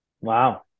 Wow